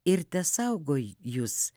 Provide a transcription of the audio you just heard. ir tesaugo jus